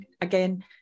again